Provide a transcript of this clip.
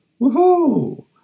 Woohoo